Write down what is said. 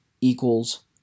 equals